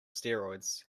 steroids